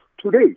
today